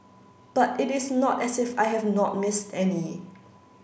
but it is not as if I have not missed any